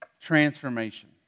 Transformation